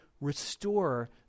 restore